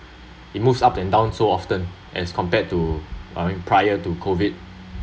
it moves up and down so often as compared to I meant uh prior to COVID